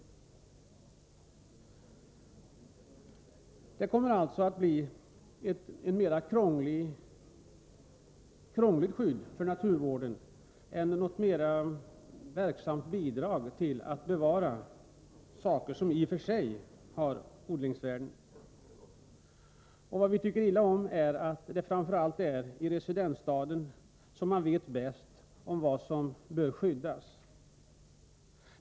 Detta kommer att leda till ett mer krångligt skydd för naturvården och inte till ett verksamt bidrag till att bevara sådant som i och för sig har odlingsvärde. Vi tycker illa om att det framför allt äriresidensstaden som man vet bäst vad som bör skyddas.